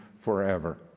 forever